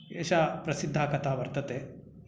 एषा प्रसिद्धा कथा वर्तते